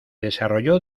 desarrolló